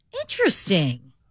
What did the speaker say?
Interesting